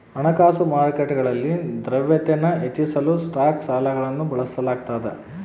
ಹಣಕಾಸು ಮಾರುಕಟ್ಟೆಗಳಲ್ಲಿ ದ್ರವ್ಯತೆನ ಹೆಚ್ಚಿಸಲು ಸ್ಟಾಕ್ ಸಾಲಗಳನ್ನು ಬಳಸಲಾಗ್ತದ